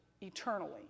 eternally